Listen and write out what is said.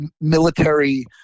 military